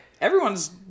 everyone's